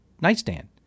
nightstand